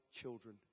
children